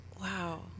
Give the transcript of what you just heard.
Wow